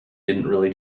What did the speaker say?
really